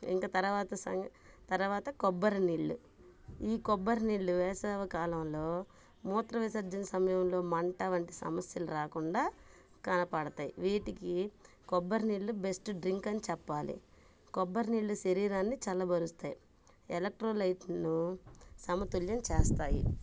ఇంక తర్వాత సం తర్వాత కొబ్బరి నీళ్లు ఈ కొబ్బరి నీళ్లు వేసవికాలంలో మూత్రవిసర్జన సమయంలో మంట వంటి సమస్యలు రాకుండా కనపడతాయి వీటికి కొబ్బరి నీళ్లు బెస్ట్ డ్రింక్ అని చెప్పాలి కొబ్బరి నీళ్లు శరీరాన్ని చల్లబరుస్తాయి ఎలక్ట్రోలైట్ను సమతుల్యం చేస్తాయి